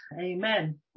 Amen